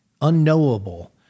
unknowable